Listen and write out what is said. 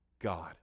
God